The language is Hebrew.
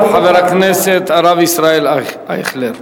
תודה לחבר הכנסת אמנון כהן.